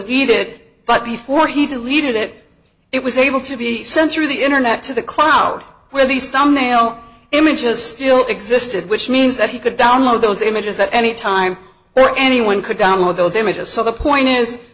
delete it but before he deleted it it was able to be censoring the internet to the cloud where these thumbnail images still existed which means that he could download those images at any time where anyone could download those images so the point is